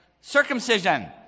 circumcision